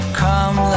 come